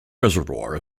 reservoir